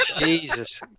Jesus